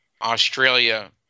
Australia